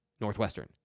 Northwestern